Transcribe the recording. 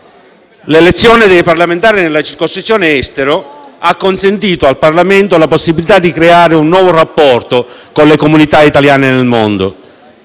L'elezione dei parlamentari nella circoscrizione Estero ha consentito al Parlamento la possibilità di creare un nuovo rapporto con le comunità italiane nel mondo.